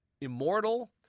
Immortal